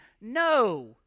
No